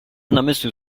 namysłu